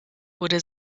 wurde